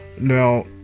Now